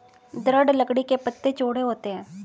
दृढ़ लकड़ी के पत्ते चौड़े होते हैं